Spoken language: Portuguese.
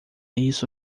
isso